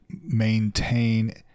maintain